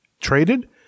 traded